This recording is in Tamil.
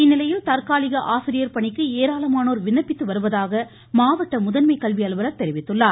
இந்நிலையில் தற்காலிக ஆசிரியர் பணிக்கு ஏராளமானோர் விண்ணப்பித்து வருவதாக மாவட்ட முதன்மை கல்வி அலுவலர் தெரிவித்துள்ளார்